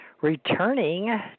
returning